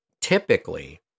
typically